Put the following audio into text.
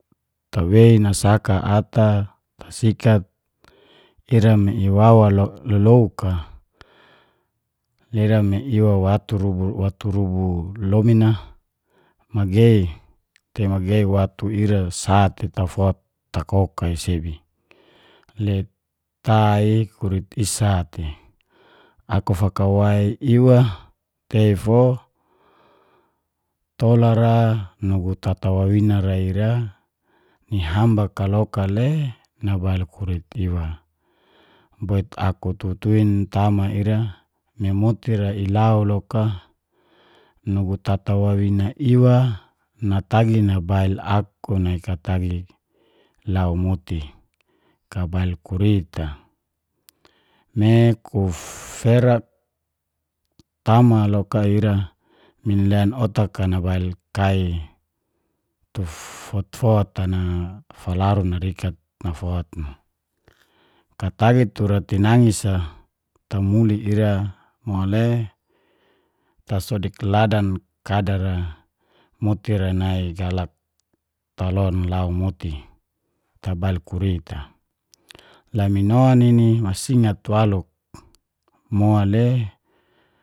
Tawei nasaka ata, tasikat ira me iwawa lolouk a ira me iwa watu, watu rubu lomin a magei te magei watu ira sa te tafot takoka i sebi. Le tai kurik i sate, aku fakawai iwa tei fo tola ra nugu tata wawina ra ira ni hambak a loka le nabail kurik iwa. Bot aku tutuin tama ira, me i moti ilau loka, nugu tata wawina iwa natagi nabail aku nai katagi lau moti kabail kurit a. Me kuferak tama loka ira, minlen otak a nabail kai tu fot-fot na falaru narikat nafot mo. Katagi tura tinangis a, tamuli ira mo le tasodik ladan kadar a moti ra nai galak tolon lau moti tabail kurit a. Lamino nini masingat waluk, mole